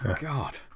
God